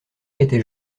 était